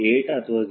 8 ಅಥವಾ 0